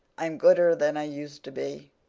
i'm gooder than i used to be.